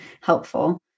helpful